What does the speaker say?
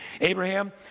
Abraham